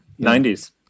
90s